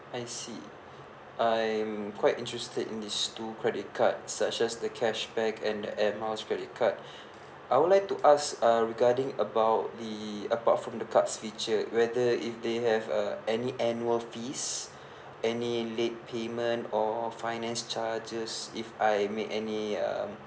I see I'm quite interested in these two credit card such as the cashback and that air miles credit card I would like to ask uh regarding about the apart from the cards feature whether if they have uh any annual fees any late payment or finance charges if I make any um